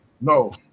No